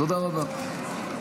תודה רבה.